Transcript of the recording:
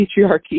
patriarchy